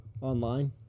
online